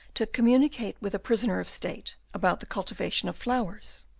to communicate with a prisoner of state about the cultivation of flowers.